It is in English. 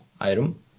item